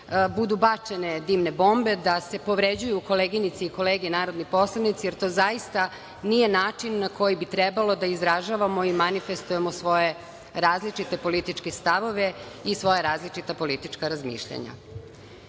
budu bačene dimne bombe, da se povređuju koleginice i kolege narodni poslanici, jer to zaista nije način na koji bi trebalo da izražavamo i manifestujemo svoje različite političke stavove i svoja različita politička razmišljanja. Građani